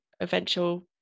eventual